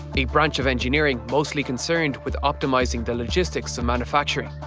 a branch of engineering mostly concerned with optimizing the logistics of manufacturing.